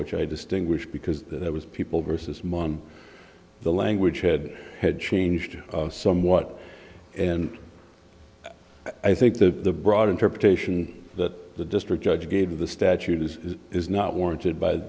which i distinguish because there was people versus mum the language had had changed somewhat and i think the broad interpretation that the district judge gave the statute is is not warranted by